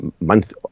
month